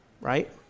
right